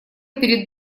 перед